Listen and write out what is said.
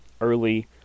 early